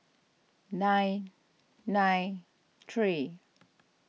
nine nine three